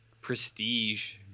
prestige